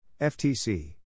FTC